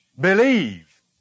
Believe